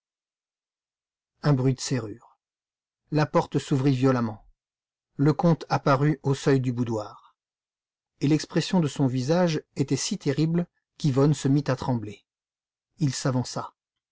un bruit de serrure la porte s'ouvrit violemment le comte apparut au seuil du boudoir et l'expression de son visage était si terrible qu'yvonne se mit à trembler il